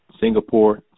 Singapore